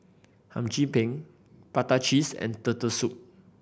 Hum Chim Peng prata cheese and Turtle Soup